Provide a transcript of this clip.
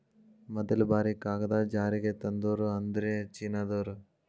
ಮದಲ ಬಾರಿ ಕಾಗದಾ ಜಾರಿಗೆ ತಂದೋರ ಅಂದ್ರ ಚೇನಾದಾರ